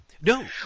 No